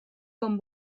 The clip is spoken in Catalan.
com